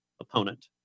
opponent